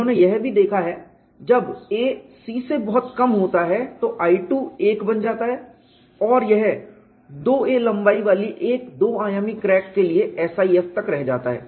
उन्होंने यह भी देखा है जब a c से बहुत कम होता है तो I2 1 बन जाता है और यह 2a लंबाई वाली एक दो आयामी क्रैक के लिए SIF तक रह जाता है